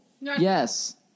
Yes